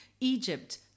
Egypt